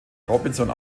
robinson